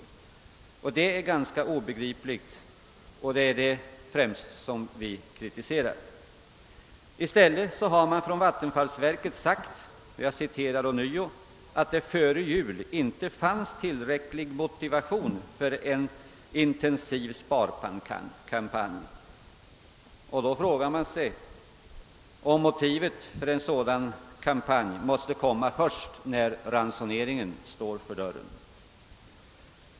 Detta är obegripligt, och det är främst det vi kritiserar. Man har från vattenfallsverkets sida sagt att det före jul inte fanns tillräcklig motivation för en intensiv sparkampanj. Jag frågar mig då om motiven för en sådan kampanj finns först när ransoneringen står för dörren.